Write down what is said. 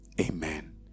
Amen